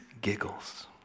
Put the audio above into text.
giggles